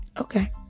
Okay